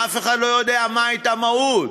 אף אחד לא יודע מה הייתה מהות